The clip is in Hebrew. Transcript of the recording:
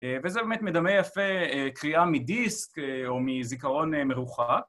וזה באמת מדמה יפה קריאה מדיסק או מזיכרון מרוחק.